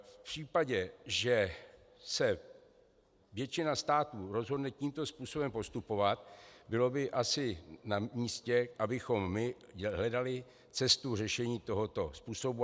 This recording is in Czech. V případě, že se většina států rozhodne tímto způsobem postupovat, bylo by asi namístě, abychom hledali cestu k řešení tohoto způsobu.